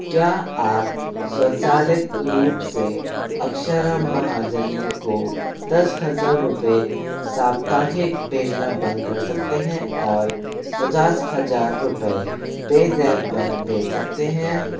क्या आप स्वचालित रूप से अक्षरा महाजनी को दस हजार रुपये साप्ताहिक भेजना बंद कर सकते हैं और पचास हजार रुपये पेज़ैप पर भेज सकते हैं